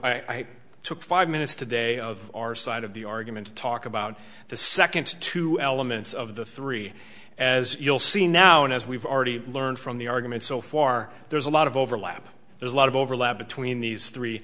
took five minutes today of our side of the argument to talk about the second two elements of the three as you'll see now and as we've already learned from the arguments so far there's a lot of overlap there's a lot of overlap between these three